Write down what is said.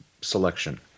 selection